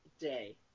day